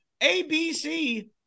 ABC